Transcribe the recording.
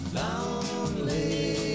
lonely